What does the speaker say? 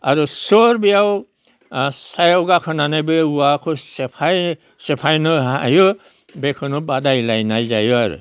आरो सोर बेयाव सायाव गाखौनानै बे औवाखौ सेफाय सेफायनो हायो बेखौनो बादायलायनाय जायो आरो